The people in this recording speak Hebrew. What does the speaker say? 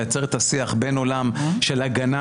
לייצר את השיח בין עולם של הגנה